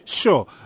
Sure